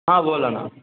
हां बोला ना